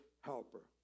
helper